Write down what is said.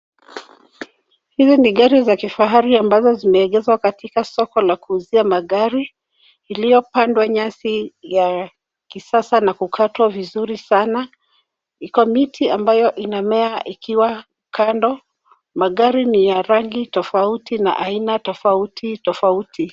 Hili ni gari za kifahari ambazo zimeegeeshwa katika soko la kuuzia iliyopandwa nyasi ya kisasa na kukatwa vizuri sana. Iko miti ambayo inamea ikiwa kando. Magari ni ya rangi tofauti na aina tofauti tofauti.